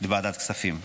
לוועדת כספים.